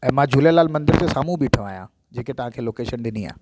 ऐं मां झूलेलाल मंदर जे साम्हूं बीठो आहियां जेकी तव्हांखे लोकेशन ॾिनी आहे